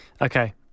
Okay